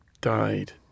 died